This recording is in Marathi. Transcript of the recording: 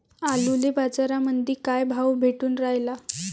आलूले बाजारामंदी काय भाव भेटून रायला?